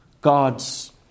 God's